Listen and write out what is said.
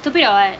stupid or what